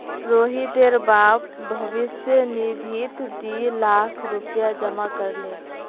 रोहितेर बाप भविष्य निधित दी लाख रुपया जमा कर ले